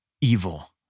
evil